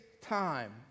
time